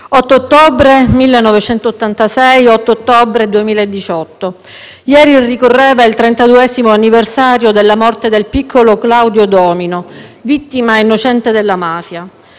8 ottobre 1986 - 8 ottobre 2018: ieri ricorreva il trentaduesimo anniversario della morte del piccolo Claudio Domino, vittima innocente della mafia.